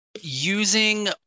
Using